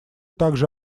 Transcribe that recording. также